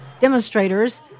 demonstrators